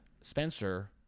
Spencer